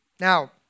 Now